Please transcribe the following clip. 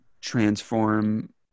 transform